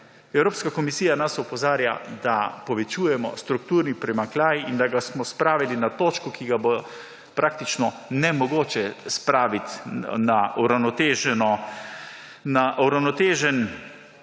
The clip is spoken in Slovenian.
Evropska komisija nas opozarja, da povečujemo strukturni primanjkljaj, in da smo ga spravili na točko, ki ga bo praktično nemogoče spraviti na uravnotežen